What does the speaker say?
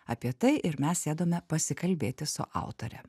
apie tai ir mes sėdome pasikalbėti su autore